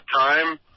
time